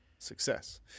Success